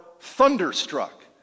Thunderstruck